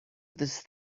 this